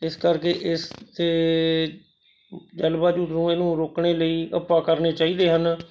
ਇਸ ਕਰਕੇ ਇਸ 'ਤੇ ਜਲਵਾਯੂ ਨੂੰ ਇਹਨੂੰ ਰੋਕਣੇ ਲਈ ਉਪਾਅ ਕਰਨੇ ਚਾਹੀਦੇ ਹਨ